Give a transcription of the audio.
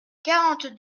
quarante